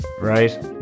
right